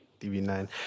DB9